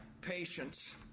patience